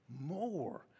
more